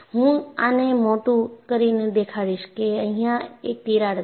હું આને મોટું કરીને દેખાડીશ કે અહીંયા એક તિરાડ છે